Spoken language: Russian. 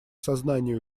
сознание